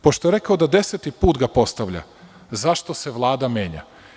Pošto je rekao da ga deseti put ga postavlja – zašto se Vlada menja?